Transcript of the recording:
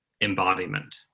embodiment